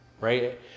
right